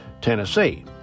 Tennessee